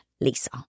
Lisa